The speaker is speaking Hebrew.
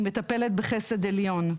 היא מטפלת בחסד עליון.